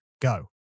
go